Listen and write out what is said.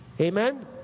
Amen